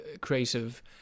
creative